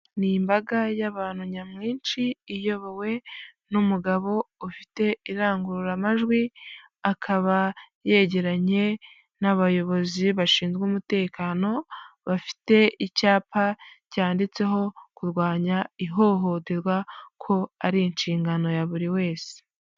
Ni imbaga y'abantu nyamwinshi iyobowe n'umugabo ufite irangururamajwi, akaba yegeranye n'abayobozi bashinzwe umutekano bafite icyapa cyanditseho kurwanya ihohoterwa ko ari inshingano ya buri wese.